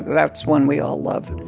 that's one we all love